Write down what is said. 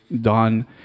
done